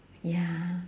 ya